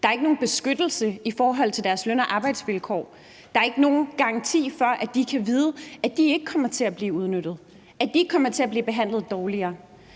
Der er ikke nogen beskyttelse i forhold til deres løn- og arbejdsvilkår. Der er ikke nogen garanti for, at de kan vide, at de ikke kommer til at blive udnyttet, at de ikke kommer til at blive behandlet dårligt.